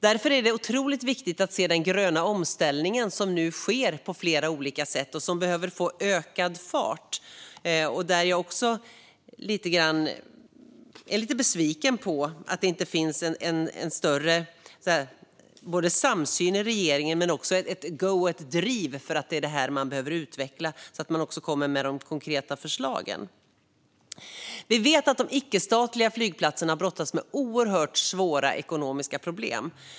Därför är det otroligt viktigt att se den gröna omställning som nu sker på flera olika sätt och som behöver få ökad fart. Även där är jag lite besviken över att det inte finns större samsyn i regeringen. Det finns inget go och driv för att det är detta man behöver utveckla så att man också kommer med de konkreta förslagen. Vi vet att de icke-statliga flygplatserna brottas med oerhört svåra ekonomiska problem.